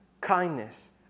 kindness